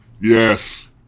Yes